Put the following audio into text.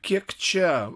kiek čia